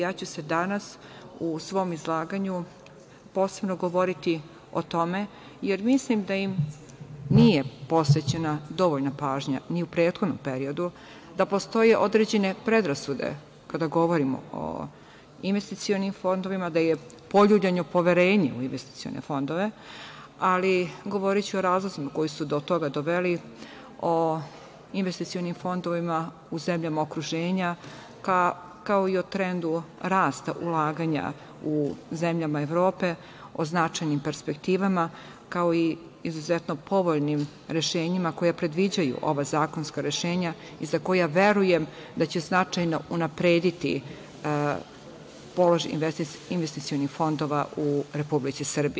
Ja ću danas u svom izlaganju posebno govoriti o tome, jer mislim da im nije posvećena dovoljna pažnja, ni u prethodnom periodu, da postoje određene predrasude kada govorimo o investicionim fondovima, da je poljuljano poverenje u investicione fondove, ali govoriću o razlozima koji su do toga doveli, o investicionim fondovima u zemljama okruženja, kao i o trendu rasta ulaganja u zemljama Evrope, o značajnim perspektivama, kao i izuzetno povoljnim rešenjima koja predviđaju ova zakonska rešenja i za koja verujem da će značajno unaprediti položaj investicionih fondova u Republici Srbiji.